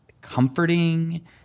comforting